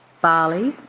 barley,